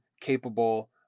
capable